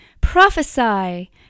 Prophesy